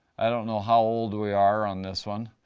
i don't know how old we are on this one,